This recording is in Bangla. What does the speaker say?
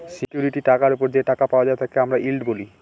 সিকিউরিটি টাকার ওপর যে টাকা পাওয়া হয় তাকে আমরা ইল্ড বলি